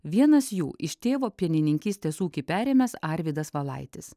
vienas jų iš tėvo pienininkystės ūkį perėmęs arvydas valaitis